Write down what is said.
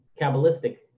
Kabbalistic